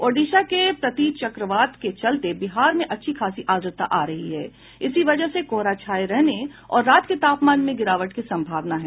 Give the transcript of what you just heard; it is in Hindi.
ओडिशा में प्रतिचक्रवात के चलते बिहार में अच्छी खासी आर्द्रता आ रही है इसी वजह से कोहरा छाये रहने और रात के तापमान में गिरावट की सम्भावना है